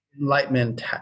enlightenment